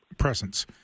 presence